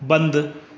बंदि